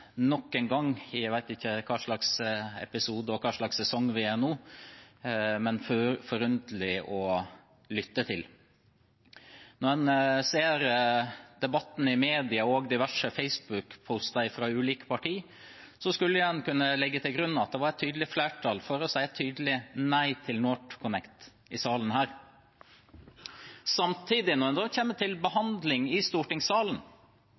nok en gang – jeg vet ikke hva slags episode og hva slags sesong vi er i nå – forunderlig å lytte til. Når en ser debatten i media og diverse Facebook-poster fra ulike partier, skulle en kunne legge til grunn at det var et tydelig flertall for å si et tydelig nei til NorthConnect i salen her. Samtidig, når den da kommer til behandling i stortingssalen,